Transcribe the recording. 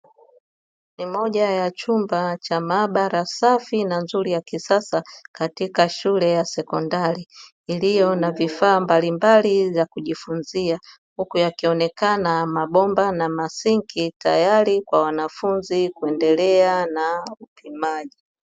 Ni moja ya chumba cha maabara safi na nzuri ya kisasa katika shule ya sekondari, iliyo na vifaa mbalimbali vya kujifunzia huku yakionekana mabomba na masinki tayari kwa wanafunzi kuendelea na upimaji.